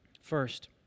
First